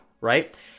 right